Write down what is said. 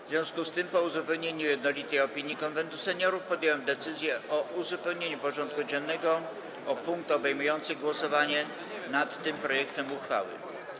W związku z tym, po uzyskaniu jednolitej opinii Konwentu Seniorów, podjąłem decyzję o uzupełnieniu porządku dziennego o punkt obejmujący głosowanie nad tym projektem uchwały.